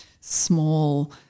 small